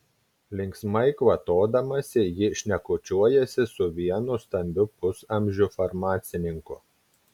linksmai kvatodamasi jį šnekučiuojasi su vienu stambiu pusamžiu farmacininku